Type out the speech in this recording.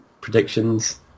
predictions